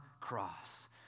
cross